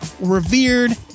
revered